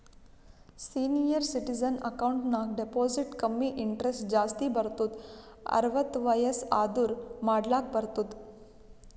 senior citizen account ನಾಗ್ deposit ಕಮ್ಮಿ interest ಜಾಸ್ತಿ ಬರ್ತುದ್ ಅರ್ವತ್ತ್ ವಯಸ್ಸ್ ಆದೂರ್ ಮಾಡ್ಲಾಕ ಬರ್ತುದ್